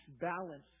balance